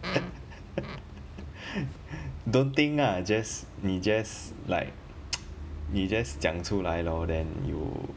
don't think ah just 你 just like 你 just 讲出来 lor then you